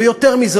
ויותר מזה,